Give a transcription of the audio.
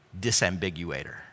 disambiguator